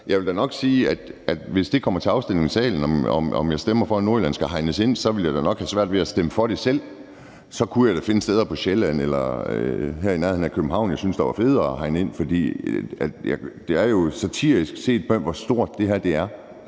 Jeg vil da nok sige, at hvis det kommer til afstemning i salen, altså en afstemning om, om Nordjylland skal hegnes ind, ville jeg da nok have svært ved at stemme for det selv. Så kunne jeg da finde steder på Sjælland eller her i nærheden af København, som jeg synes var federe at hegne ind. Ret beset handler det jo om, hvor stort det her er,